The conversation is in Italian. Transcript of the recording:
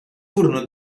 furono